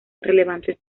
relevantes